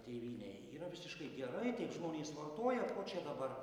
tėvynei yra visiškai gerai taip žmonės vartoja ko čia dabar